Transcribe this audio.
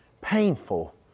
Painful